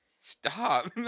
Stop